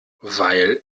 weil